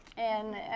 and